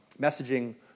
messaging